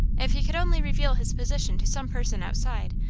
if he could only reveal his position to some person outside,